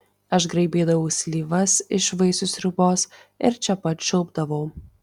aš graibydavau slyvas iš vaisių sriubos ir čia pat čiulpdavau